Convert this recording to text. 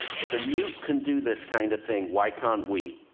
if a newt can do this kind of thing, why can't we?